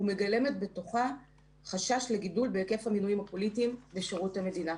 ומגלמת בתוכה חשש לגידול בהיקף המינויים הפוליטיים בשירות המדינה."